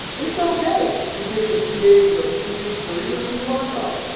it's okay to take a few days or a few weeks or even a few months off.